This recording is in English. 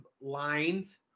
lines